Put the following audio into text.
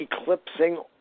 eclipsing